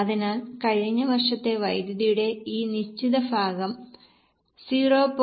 അതിനാൽ കഴിഞ്ഞ വർഷത്തെ വൈദ്യുതിയുടെ ഈ നിശ്ചിത ഭാഗം 0